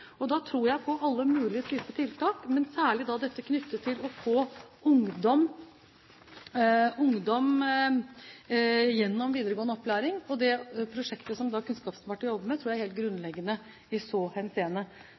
og da tror jeg på alle mulige typer tiltak, men særlig tiltak knyttet til å få ungdom gjennom videregående opplæring. Det prosjektet som Kunnskapsdepartementet jobber med, tror jeg er helt grunnleggende i så henseende.